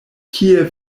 kie